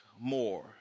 more